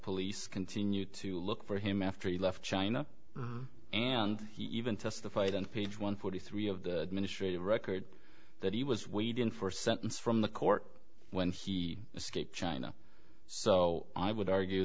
police continue to look for him after he left china and he even testified on page one forty three of the administrative record that he was waiting for a sentence from the court when he escaped china so i would argue